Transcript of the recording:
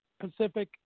Pacific